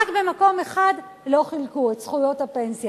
רק במקום אחד לא חילקו, את זכויות הפנסיה.